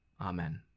Amen